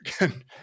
again